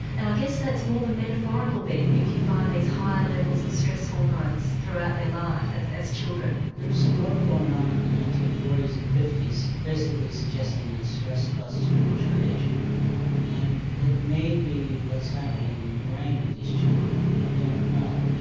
and i guess that's more than metaphorical then if you find these higher levels of stress hormones throughout their life as as children. there was some work going on in the nineteen forty s and fifty s basically suggesting that stress causes premature aging and it may be what's happening in the brain of these children. we don't know.